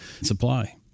supply